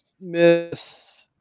Miss